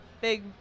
big